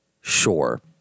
Sure